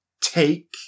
take